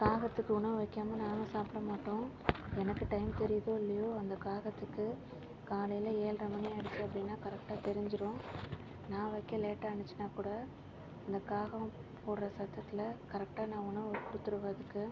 காகத்துக்கு உணவு வைக்காம நானும் சாப்பிட மாட்டோம் எனக்கு டைம் தெரியுதோ இல்லையோ அந்த காகத்துக்கு காலையில ஏழ்ர மணி ஆயிடுச்சு அப்படின்னா கரெக்டாக தெரிஞ்சிரும் நான் வைக்க லேட் ஆணுச்சுன்னா கூட இந்த காகம் போடுற சத்தத்தில் கரெக்டாக நான் உணவை கொடுத்துருவேன் அதுக்கு